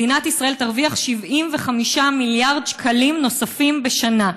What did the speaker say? מדינת ישראל תרוויח 75 מיליארד שקלים נוספים בשנה.